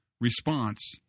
response